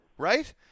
right